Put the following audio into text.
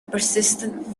persistent